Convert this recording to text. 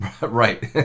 Right